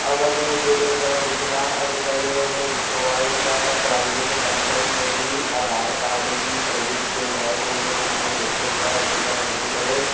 अवल जे कॾहिं तव्हां ॾिसंदा अॼुकल्ह मूं ॾिठो आहे त प्राइवेट बैंकनि में बि आधार काड जी सर्विस जे लाइ को न को माण्हू वेठो हूंदो आहे उते त मां वञी करे